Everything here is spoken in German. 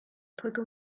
brücke